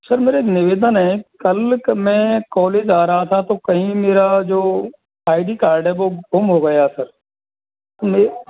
sir मेरा निवेदन है कल मैं कॉलेज आ रहा था तो कहीं मेरा जो आईडी कार्ड है वो गुम हो गया सर में